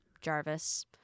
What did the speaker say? jarvis